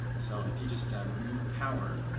so if you just remove power,